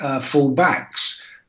full-backs